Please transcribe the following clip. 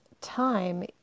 time